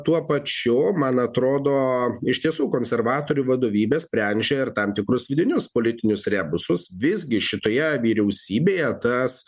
tuo pačiu man atrodo iš tiesų konservatorių vadovybė sprendžia ir tam tikrus vidinius politinius rebusus visgi šitoje vyriausybėje tas